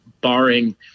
Barring